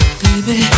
baby